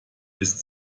ist